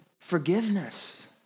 forgiveness